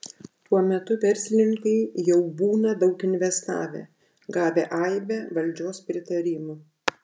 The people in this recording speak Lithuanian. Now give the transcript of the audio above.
tuo metu verslininkai jau būna daug investavę gavę aibę valdžios pritarimų